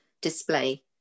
display